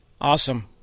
Awesome